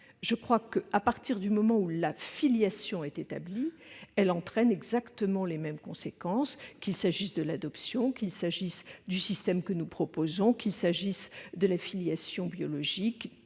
le crois pas. À partir du moment où la filiation est établie, elle emporte exactement les mêmes conséquences, qu'il s'agisse de l'adoption, du système que nous proposons ou de la filiation biologique.